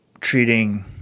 treating